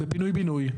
בפינוי בינוי.